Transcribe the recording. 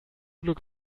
glück